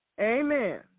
Amen